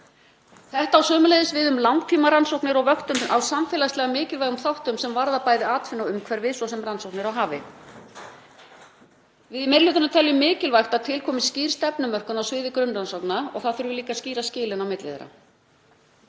Þetta á sömuleiðis við um langtímarannsóknir og vöktun á samfélagslega mikilvægum þáttum sem varða bæði atvinnu og umhverfi, svo sem rannsóknir á hafi. Við í meiri hlutanum teljum mikilvægt að til komi skýr stefnumörkun á sviði grunnrannsókna og það þurfi líka að skýra skilin á milli þeirra.